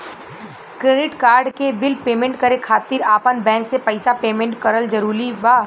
Credit card के bill payment करे खातिर आपन बैंक से पईसा पेमेंट करल जरूरी बा?